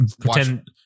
pretend